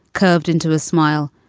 curved into a smile,